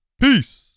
Peace